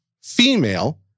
female